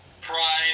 pride